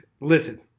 Listen